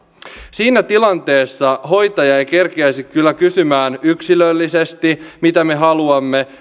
siinä tilanteessa hoitaja ei kerkiäisi kyllä kysymään yksilöllisesti mitä me haluamme